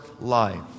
life